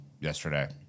yesterday